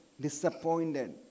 disappointed